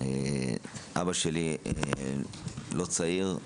אבא שלי לא צעיר,